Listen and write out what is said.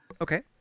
okay